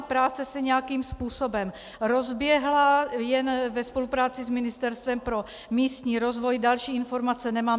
Práce se nějakým způsobem rozběhla jen ve spolupráci s Ministerstvem pro místní rozvoj, další informace nemám.